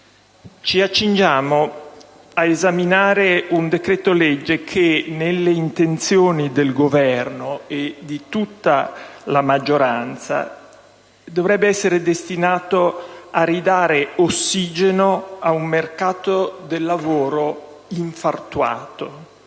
ci accingiamo a esaminare un decreto-legge che, nelle intenzioni del Governo e di tutta la maggioranza, dovrebbe ridare ossigeno a un mercato del lavoro infartuato.